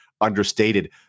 understated